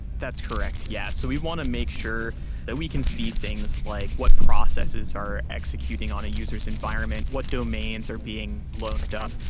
that's correct. yeah. so we want to make sure that we can see things like what processes are executing on a user's environment? what domains are being looked up?